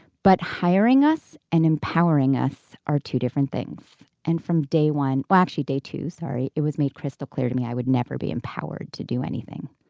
but hiring us and empowering us are two different things and from day one we actually day two sorry it was made crystal clear to me i would never be empowered to do anything